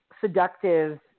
seductive